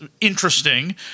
interesting